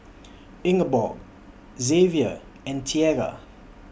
Ingeborg Zavier and Tiera